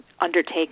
undertake